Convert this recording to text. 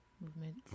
movement